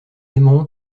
aimeront